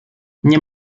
nie